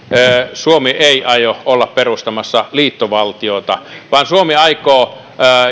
suomi ei aio olla perustamassa liittovaltiota vaan suomi aikoo